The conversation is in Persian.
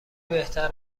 بهتر